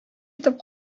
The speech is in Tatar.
итеп